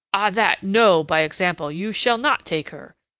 ah, that, no, by example! you shall not take her.